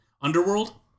Underworld